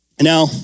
Now